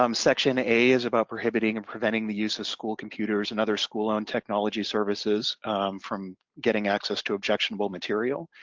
um section a is about prohibiting and preventing the use of school computers and other school owned technology services umm from getting access to objectionable material.